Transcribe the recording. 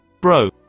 Bro